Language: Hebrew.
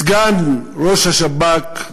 סגן ראש השב"כ,